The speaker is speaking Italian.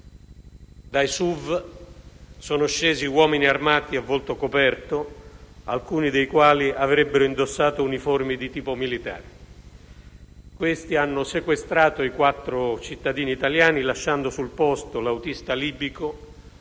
Dai SUV sono scesi uomini armati a volto coperto, alcuni dei quali avrebbero indossato uniformi di tipo militare. Questi hanno sequestrato i quattro cittadini italiani lasciando sul posto l'autista libico,